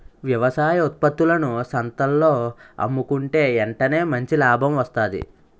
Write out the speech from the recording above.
వ్యవసాయ ఉత్త్పత్తులను సంతల్లో అమ్ముకుంటే ఎంటనే మంచి లాభం వస్తాది